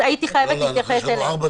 אז הייתי חייבת להתייחס אליהן.